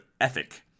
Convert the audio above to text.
ethic